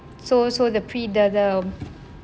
so so the pre~